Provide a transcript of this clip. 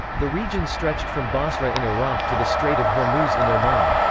the region stretched from basra in iraq to the strait of hormuz in oman.